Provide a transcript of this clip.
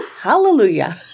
Hallelujah